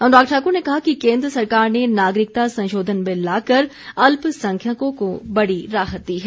अनुराग ठाकुर ने कहा कि केन्द्र सरकार ने नागरिकता संशोधन बिल लाकर अल्प संख्यकों को बड़ी राहत दी है